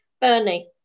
Bernie